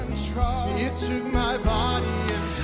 it took my body